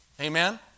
amen